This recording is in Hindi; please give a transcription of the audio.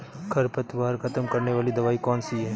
खरपतवार खत्म करने वाली दवाई कौन सी है?